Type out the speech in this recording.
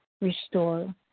restore